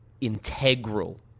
integral